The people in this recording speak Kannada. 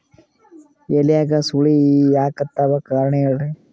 ಎಲ್ಯಾಗ ಸುಳಿ ಯಾಕಾತ್ತಾವ ಕಾರಣ ಹೇಳ್ರಿ?